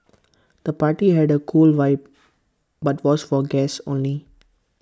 the party had A cool vibe but was for guests only